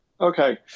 Okay